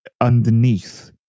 underneath